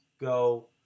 go